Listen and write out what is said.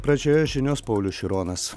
pradžioje žinios paulius šironas